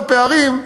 בפערים,